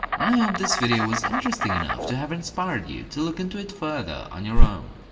i hope this video was interesting enough to have inspired you to look into it further, on your own.